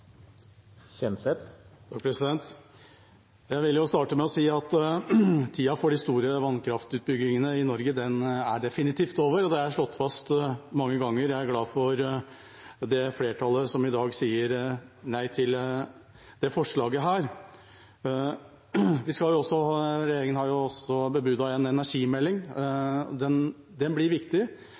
Jeg vil starte med å si at tida for de store vannkraftutbyggingene i Norge definitivt er over, og det er slått fast mange ganger. Jeg er glad for det flertallet som i dag sier nei til dette forslaget. Regjeringa har også bebudet en energimelding. Den blir viktig. Det er klart det er elementer i dette som det er viktig